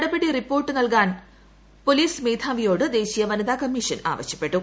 നടപടി റിപ്പോർട്ട് നൽകാൻ പോലീസ് മേധാവിയോട് ദേശീയ വനിതാ കമ്മീഷൻ ആവശ്യപ്പെട്ടു